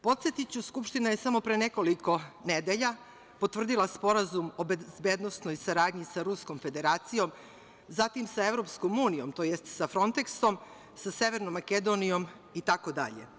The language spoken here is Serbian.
Podsetiću, Skupština je samo pre nekoliko nedelja potvrdila Sporazum o bezbednosnoj saradnji sa Ruskom Federacijom, zatim sa Evropskom unijom, tj. sa Fronteksom, sa Severnom Makedonijom itd.